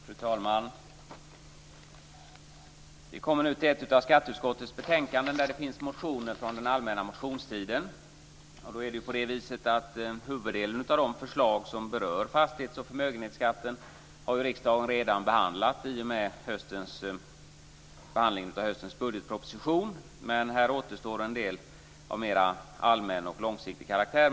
Fru talman! Vi kommer nu till ett av skatteutskottets betänkanden där det finns motioner från den allmänna motionstiden. Huvuddelen av de förslag som berör fastighetsoch förmögenhetskatten har riksdagen redan behandlat i och med behandlingen av höstens budgetproposition. Här återstår en del av mer allmän och långsiktig karaktär.